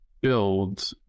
build